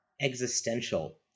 existential